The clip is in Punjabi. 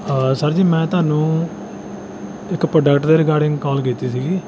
ਹਾਂ ਸਰ ਜੀ ਮੈਂ ਤੁਹਾਨੂੰ ਇੱਕ ਪ੍ਰੋਡਕਟ ਦੇ ਰਿਗਾਰਡਿੰਗ ਕਾਲ ਕੀਤੀ ਸੀਗੀ